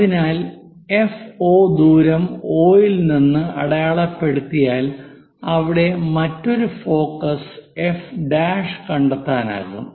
അതിനാൽ എഫ്ഒ ദൂരം O ഇൽ നിന്ന് അടയാളപ്പെടുത്തിയാൽ അവിടെ മറ്റൊരു ഫോക്കസ് F' കണ്ടെത്താനാകും